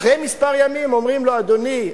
אחרי כמה ימים אומרים לו: אדוני,